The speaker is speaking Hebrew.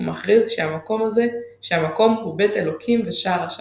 ומכריז שהמקום הוא "בית אלוהים" ו"שער השמיים".